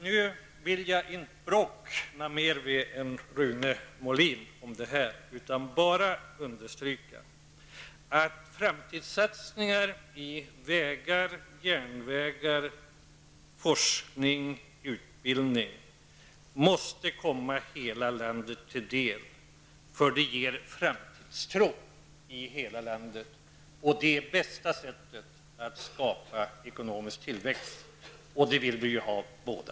Nu vill jag inte bråka mer med Rune Molin om detta, utan jag bara understryker att framtidssatsningar på vägar, järnvägar, forskning och utbildning måste komma hela landet till del, för det ger framtidstro i hela landet. Det är det bästa sättet att skapa ekonomisk tillväxt, och det vill vi ju båda ha.